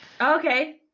Okay